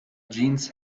jeans